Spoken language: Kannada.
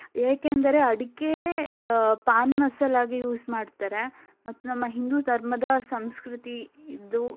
ಏಕೆಂದರೆ ಅಡಿಕೆ ಪಾನ್ ಮಸಾಲಾಗೆ ಯೂಸ್ ಮಾಡ್ತಾರೆ ಮತ್ತು ನಮ್ಮ ಹಿಂದೂ ಧರ್ಮದ ಸಂಸ್ಕೃತಿ ಇದು